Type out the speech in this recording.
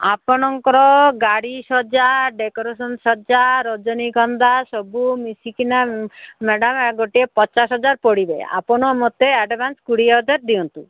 ଆପଣଙ୍କର ଗାଡ଼ି ସଜା ଡେକୋରେସନ୍ ସଜା ରଜନୀଗନ୍ଧା ସବୁ ମିଶିକିନା ମ୍ୟାଡ଼ାମ୍ ଗୋଟିଏ ପଚାଶ ହଜାର ପଡ଼ିବେ ଆପଣ ମୋତେ ଆଡଭାନ୍ସ୍ କୋଡ଼ିଏ ହଜାର ଦିଅନ୍ତୁ